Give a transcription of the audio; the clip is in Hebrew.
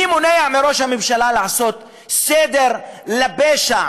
מי מונע מראש הממשלה לעשות סדר בפשע